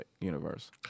universe